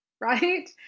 right